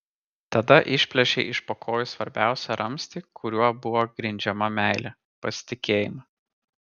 tada išplėšei iš po kojų svarbiausią ramstį kuriuo buvo grindžiama meilė pasitikėjimą